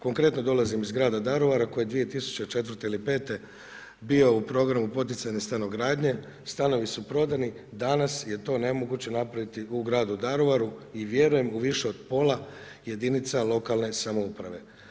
Konkretno dolazim iz grada Daruvara koji je 2004. ili pete bio u programu poticajne stanogradnje, stanovi su prodani, danas je to nemoguće napraviti u gradu Daruvaru i vjerujem u više od pola jedinica lokalne samouprave.